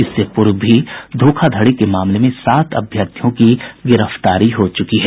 इससे पूर्व भी धोखाधड़ी के मामले में सात अभ्यर्थियों की गिरफ्तारी हो चुकी है